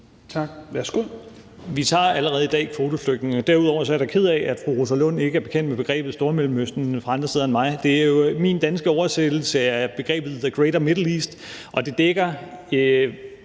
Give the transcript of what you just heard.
Vi tager allerede i dag kvoteflygtninge. Og derudover er jeg da ked af, at fru Rosa Lund ikke er bekendt med begrebet Stormellemøsten fra andre end mig. Det er jo min danske oversættelse af begrebet the Greater Middle East, og kært